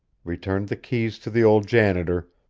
returned the keys to the old janitor,